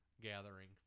gathering